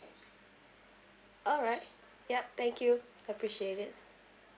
alright yup thank you appreciate it